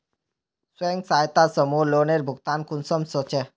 स्वयं सहायता समूहत लोनेर भुगतान कुंसम होचे?